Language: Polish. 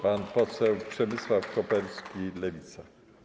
Pan poseł Przemysław Koperski, Lewica.